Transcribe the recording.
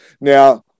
Now